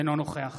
אינו נוכח